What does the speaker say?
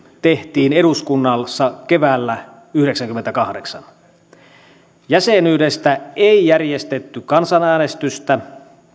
tehtiin eduskunnassa keväällä yhdeksäskymmeneskahdeksas jäsenyydestä ei järjestetty kansanäänestystä